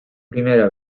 primera